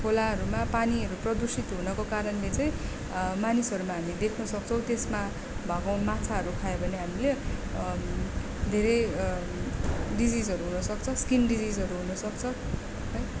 खोलाहरूमा पानीहरू प्रदूषित हुनको कारणले चाहिँ मानिसहरूमा हामी देख्न सक्छौँ त्यसमा भएको माछाहरू खायो भने हामीले धेरै डिजिजहरू हुनसक्छ स्किन डिजिजहरू हुनसक्छ है